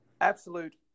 absolute